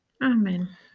Amen